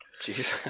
Jesus